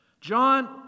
John